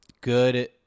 good